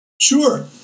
Sure